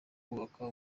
kubaka